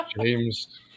James